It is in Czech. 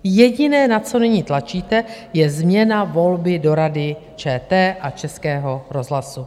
Jediné, na co nyní tlačíte, je změna volby do Rady ČT a Českého rozhlasu.